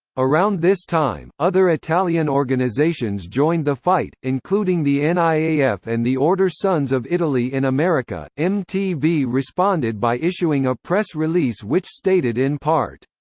around this time, other italian organizations joined the fight, including the and niaf and the order sons of italy in america mtv responded by issuing a press release which stated in part,